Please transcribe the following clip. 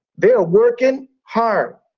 they're working hard.